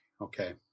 okay